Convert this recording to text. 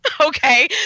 okay